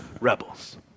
rebels